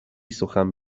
سخن